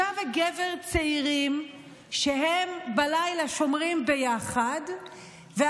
רואים אישה וגבר צעירים ששומרים ביחד בלילה,